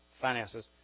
finances